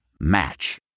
Match